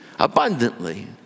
abundantly